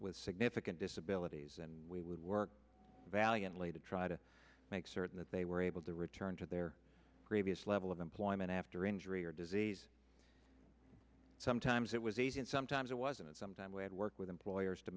with significant disabilities and we would work valiantly to try to make certain that they were able to return to their previous level of employment after injury or disease sometimes it was easy and sometimes it wasn't and sometime we had worked with employers to